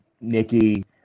Nikki